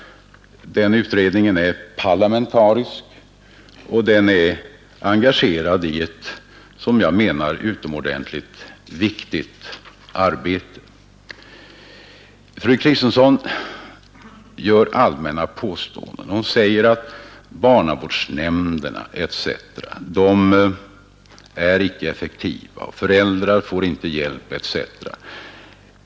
Den är parlamentariskt sammansatt och den är engagerad i ett, som jag menar, utomordentligt viktigt arbete. Fru Kristensson gör allmänna påståenden. Hon säger att barnavårdsnämnderna etc. inte är effektiva. Föräldrarna får inte hjälp etc.